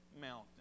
mountain